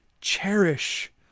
cherish